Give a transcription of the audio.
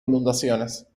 inundaciones